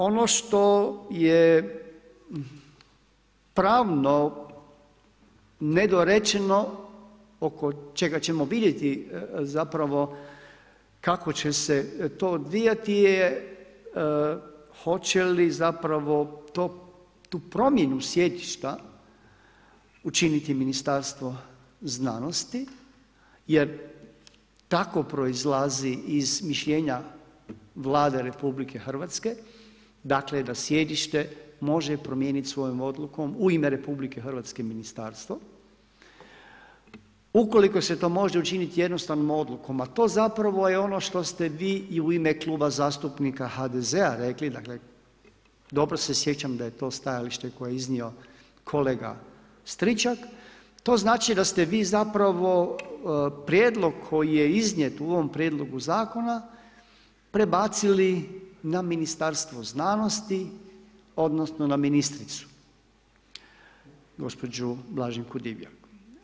Ono što je pravno nedorečeno, oko čega ćemo vidjeti zapravo kako će se to odvijati je hoće li tu promjenu sjedišta učiniti Ministarstvo znanosti jer tako proizlazi iz mišljenja Vlade RH da sjedište može promijenit svojom odlukom, u ime RH ministarstvo, ukoliko se to može učinit jednostavnom odlukom, a to zapravo je ono što ste vi i u ime Kluba zastupnika HDZ-a rekli, dakle dobro se sjećam da je to stajalište koje je iznio kolega Stričak, to znači da ste vi zapravo prijedlog koji je iznijet u ovom Prijedlogu zakona prebacili na Ministarstvo znanosti, odnosno na ministricu gospođu Blaženku Divjak.